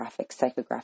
psychographic